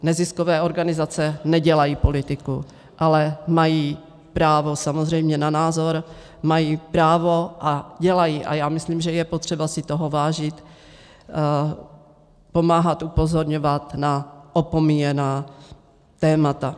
Neziskové organizace nedělají politiku, ale mají právo samozřejmě na názor, mají právo a dělají a já myslím, že je potřeba si toho vážit, pomáhat upozorňovat na opomíjená témata.